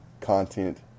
content